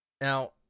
Now